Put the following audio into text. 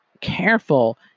careful